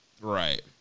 Right